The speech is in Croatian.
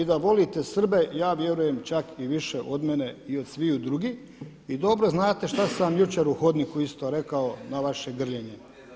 I da volite Srbe ja vjerujem čak i više od mene i od sviju drugih i dobro znate šta sam vam jučer u hodniku isto rekao na vaše grljenje.